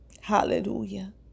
Hallelujah